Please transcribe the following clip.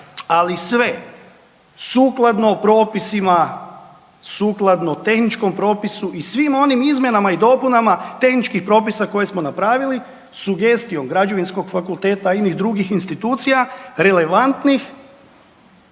ali sve sukladno propisima, sukladno tehničkom propisu i svim onim izmjenama i dopunama tehničkih propisa koje smo napravili, sugestijom Građevinskog fakulteta i inih drugih institucija, relevantnih